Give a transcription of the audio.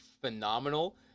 phenomenal